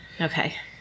Okay